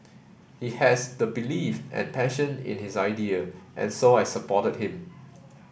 he has the belief and passion in his idea and so I supported him